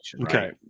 Okay